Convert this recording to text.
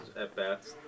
at-bats